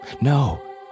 No